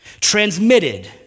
transmitted